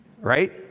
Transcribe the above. Right